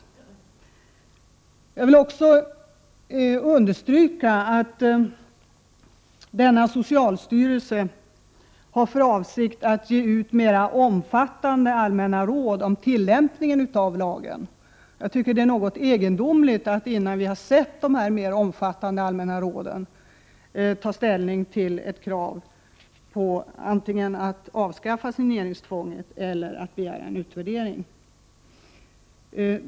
Jag vill också understryka att samma socialstyrelse har för avsikt att ge ut mer omfattande allmänna råd om tillämpningen av lagen. Jag tycker det är något egendomligt att innan vi har sett dessa mer omfattande allmänna råd ta ställning till antingen ett krav på att avskaffa signeringstvånget eller att begära en utvärdering.